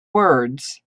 words